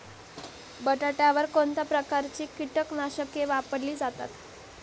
बटाट्यावर कोणत्या प्रकारची कीटकनाशके वापरली जातात?